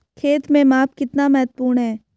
खेत में माप कितना महत्वपूर्ण है?